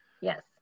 Yes